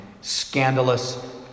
scandalous